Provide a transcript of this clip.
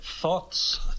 thoughts